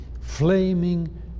flaming